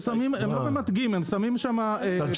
הם לא ממתגים --- תקשיב,